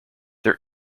their